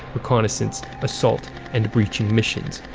reconnaissance, assault and breaching missions.